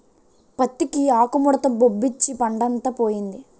పత్తికి ఆకుముడత జబ్బొచ్చి పంటంతా పోయింది